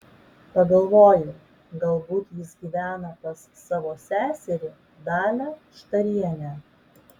pagalvojau galbūt jis gyvena pas savo seserį dalią štarienę